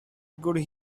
could